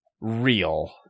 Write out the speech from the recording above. Real